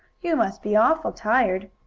you must be awful tired!